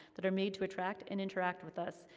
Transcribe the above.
that are made to attract and interact with us,